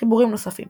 חיבורים נוספים